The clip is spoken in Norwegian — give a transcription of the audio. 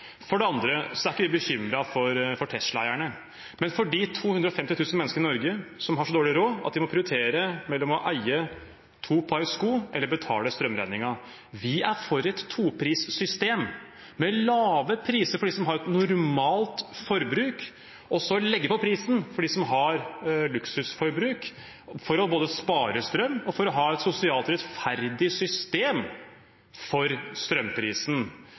For det andre er vi ikke bekymret for Tesla-eierne, men for de 250 000 menneskene i Norge som har så dårlig råd at de må prioritere mellom å eie to par sko og å betale strømregningen. Vi er for et toprissystem med lave priser for dem som har et normalt forbruk, og så legge på prisen for dem som har et luksusforbruk – både for å spare strøm og for å ha et sosialt rettferdig system for strømprisen.